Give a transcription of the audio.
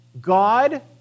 God